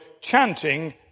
chanting